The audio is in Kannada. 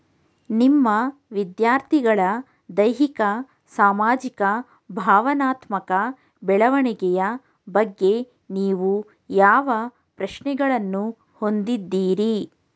ನಿಮ್ಮ ವಿದ್ಯಾರ್ಥಿಗಳ ದೈಹಿಕ ಸಾಮಾಜಿಕ ಮತ್ತು ಭಾವನಾತ್ಮಕ ಬೆಳವಣಿಗೆಯ ಬಗ್ಗೆ ನೀವು ಯಾವ ಪ್ರಶ್ನೆಗಳನ್ನು ಹೊಂದಿದ್ದೀರಿ?